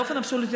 באופן אבסולוטי,